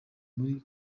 muri